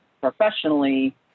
professionally